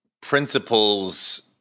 principles